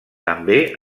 també